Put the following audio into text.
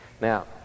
Now